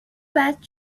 back